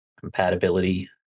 Compatibility